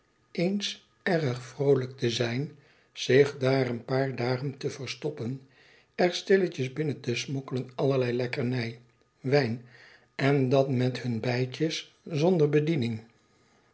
eens erg vroolijk te zijn zich daar een paar dagen te verstoppen er stilletjes binnen te smokkelen allerlei lekkernij wijn en dan met hun beidjes zonder bediening